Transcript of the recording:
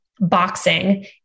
boxing